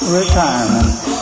retirement